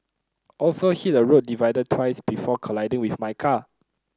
also hit a road divider twice before colliding with my car